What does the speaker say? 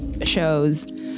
shows